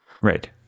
Right